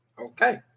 Okay